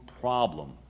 problem